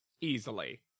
easily